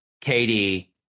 Katie